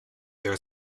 there